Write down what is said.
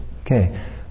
Okay